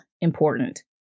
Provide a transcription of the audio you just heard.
important